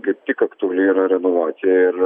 kaip tik aktuali yra renovacija ir